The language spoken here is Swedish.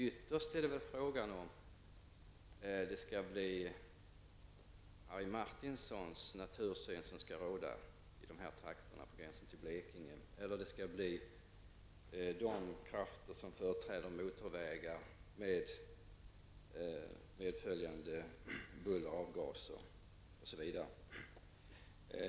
Ytterst är det väl fråga om huruvida det skall bli Harry Martinsons naturscener som skall råda i trakterna på gränsen till Blekinge eller om det skall bli scener efter de krafter som företräder motorvägar med medföljande buller, avgaser osv.